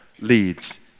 leads